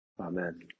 Amen